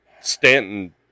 Stanton